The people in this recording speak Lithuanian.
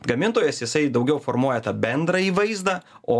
gamintojas jisai daugiau formuoja tą bendrąjį vaizdą o